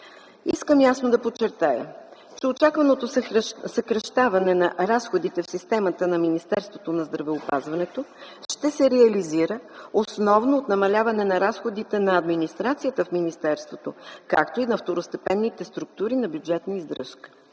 Искам ясно да подчертая, че очакваното съкращаване на разходите в системата на Министерството на здравеопазването ще се реализира основно от намаляване разходите на администрацията в министерството, както и на второстепенните структури на бюджетна издръжка.